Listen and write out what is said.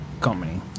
company